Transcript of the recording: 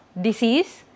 disease